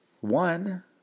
One